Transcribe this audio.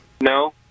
No